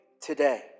today